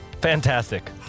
fantastic